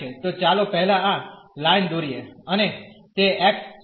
તો ચાલો પહેલા આ લાઇન દોરીએ અને તે x 0 હશે